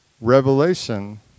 Revelation